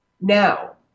Now